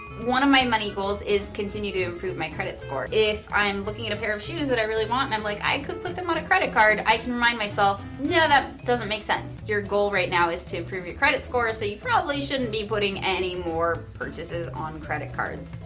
one of my money goals is continue to improve my credit score. if i'm looking at a pair of shoes that i really want and i'm like i could put them on a credit card. i can remind myself no that doesn't make sense. your goal right now is to improve your credit score so you probably shouldn't be putting any more purchases on credit cards.